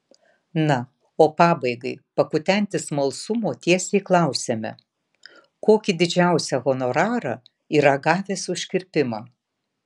na o pabaigai pakutenti smalsumo tiesiai klausiame kokį didžiausią honorarą yra gavęs už kirpimą